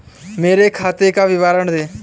मेरे खाते का पुरा विवरण दे?